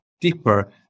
deeper